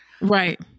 Right